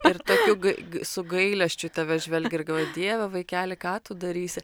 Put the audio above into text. ir tokiu g su gailesčiu į tave žvelgia ir galvoja dieve vaikeli ką tu darysi